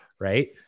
Right